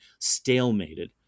stalemated